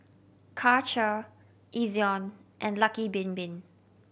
Karcher Ezion and Lucky Bin Bin